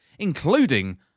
Including